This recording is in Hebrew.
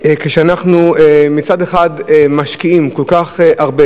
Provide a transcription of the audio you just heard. כשאנחנו מצד אחד משקיעים כל כך הרבה